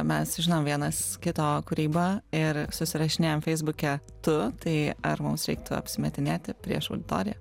mes žinom vienas kito kūrybą ir susirašinėjam feisbuke tu tai ar mums reiktų apsimetinėti prieš auditoriją